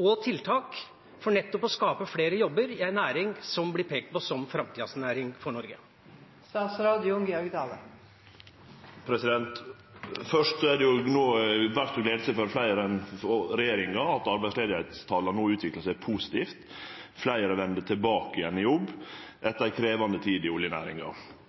og tiltak for nettopp å skape flere jobber i en næring som blir pekt på som framtidas næring for Norge? Fyrst er det for fleire enn regjeringa verdt å gle seg over at arbeidsløysetala no utviklar seg positivt. Fleire vender tilbake igjen til jobb etter